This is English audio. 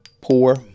poor